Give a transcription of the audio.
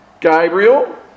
Gabriel